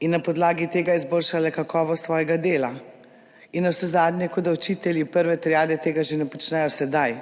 in na podlagi tega izboljšale kakovost svojega dela in navsezadnje, kot da učitelji prve triade tega že ne počnejo sedaj,